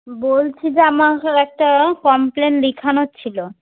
বলছি যে আমার একটা কমপ্লেন লেখানোর ছিলো